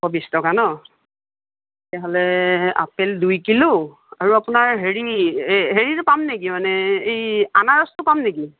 দুশ বিশ টকা ন তেতিয়া হ'লে আপেল দুই কিলো আৰু আপোনাৰ হেৰি এই হেৰিটো পাম নেকি মানে এই আনাৰসটো পাম নেকি